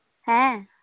ᱦᱮᱸ